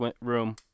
room